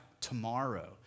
tomorrow